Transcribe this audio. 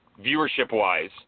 viewership-wise